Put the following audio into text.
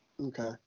Okay